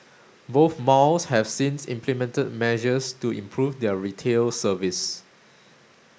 both malls have since implemented measures to improve their retail service